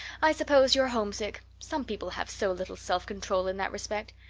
i suppose you're homesick some people have so little self-control in that respect.